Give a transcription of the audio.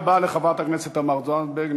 תודה רבה לחברת הכנסת תמר זנדברג.